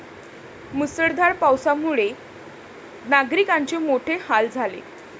मुसळधार पावसामुळे नागरिकांचे मोठे हाल झाले